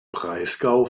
breisgau